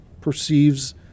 perceives